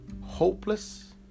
hopeless